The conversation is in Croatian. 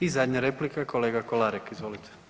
I zadnja replika, kolega Kolarek, izvolite.